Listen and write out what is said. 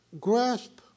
grasp